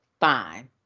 fine